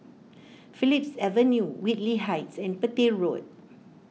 Phillips Avenue Whitley Heights and Petir Road